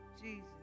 Jesus